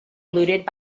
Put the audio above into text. looted